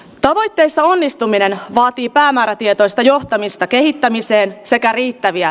tavoitteessa onnistuminen vaatii päämäärätietoista johtamista kehittämiseen sekä riittäviä